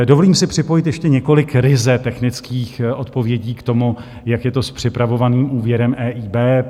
Dovolím si připojit ještě několik ryze technických odpovědí k tomu, jak je to s připravovaným úvěrem EIB.